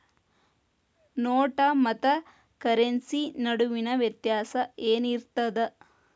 ನೋಟ ಮತ್ತ ಕರೆನ್ಸಿ ನಡುವಿನ ವ್ಯತ್ಯಾಸ ಏನಿರ್ತದ?